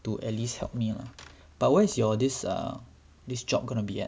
to at least help me lah but where is your this err this job gonna be